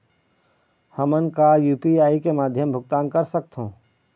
हमन का यू.पी.आई के माध्यम भुगतान कर सकथों?